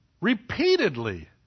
Repeatedly